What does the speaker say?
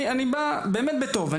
אני באמת בא בטוב.